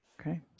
Okay